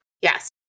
Yes